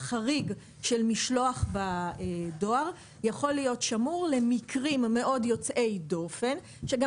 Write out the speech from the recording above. החריג של משלוח בדואר יכול להיות שמור למקרים מאוד יוצאי דופן שגם